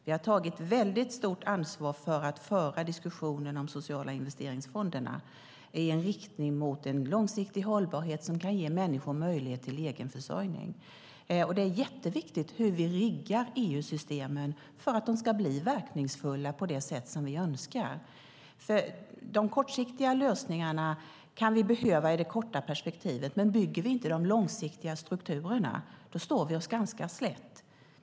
Vi har tagit väldigt stort ansvar för att föra diskussionen om de sociala investeringsfonderna i riktning mot en långsiktig hållbarhet som kan ge människor möjlighet till egen försörjning. Det är jätteviktigt hur vi riggar EU-systemen för att de ska bli verkningsfulla på det sätt vi önskar. De kortsiktiga lösningarna kan vi behöva i det korta perspektivet, men bygger vi inte de långsiktiga strukturerna står vi oss ganska slätt.